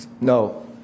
No